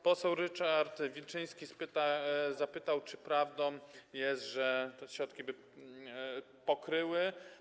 Poseł Ryszard Wilczyński zapytał, czy prawdą jest, że te środki by pokryły.